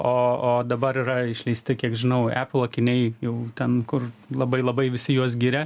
o o dabar yra išleisti kiek žinau apple akiniai jau ten kur labai labai visi juos giria